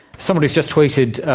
somebody's just tweeted,